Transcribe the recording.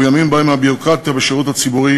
בימים שבהם הביורוקרטיה בשירות הציבורי